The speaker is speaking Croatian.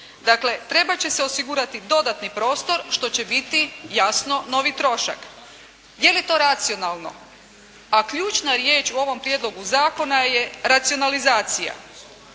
Dakle, trebati će se osigurati dodatni prostor, što će biti jasno novi trošak. Je li to racionalno? A ključna riječ u ovom prijedlogu zakona je racionalizacija.